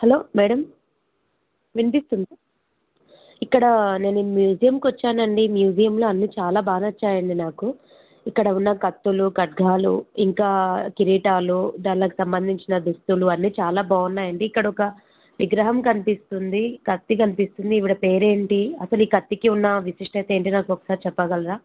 hello madam వినిపిస్తుందా ఇక్కడ నేను మ్యూజియంకు వచ్చాను అండి మ్యూజియంలో అన్నీ చాలా బాగా నచ్చాయండి నాకు ఇక్కడ ఉన్న కత్తులు ఖడ్గాలు ఇంకా కిరీటాలు దానికి సంబంధించిన దుస్తులు అన్నీ చాలా బాగున్నాయి అండి ఇక్కడ ఒక విగ్రహం కనిపిస్తుంది కత్తి కనిపిస్తుంది ఈవిడ పేరు ఏంటి అసలు ఈ కత్తికి ఉన్న విశిష్టత ఏంటి నాకు ఒకసారి చెప్పగలరా